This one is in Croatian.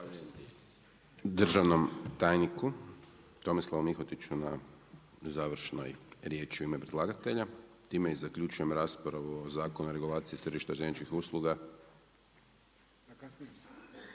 državnom tajniku Tomislavu Mihotiću na završnoj riječi u ime predlagatelja. Time i zaključujem raspravu o Zakonu o regulaciji tržišta željezničkih usluga.